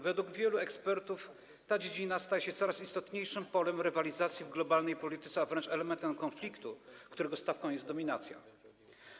Według wielu ekspertów ta dziedzina staje się coraz istotniejszym polem rywalizacji w globalnej polityce, a wręcz elementem konfliktu, którego stawką jest dominacja.